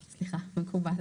מקובל.